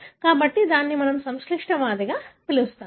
కాబట్టి దానిని మనం సంక్లిష్ట వ్యాధిగా పిలుస్తాము